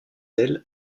ailes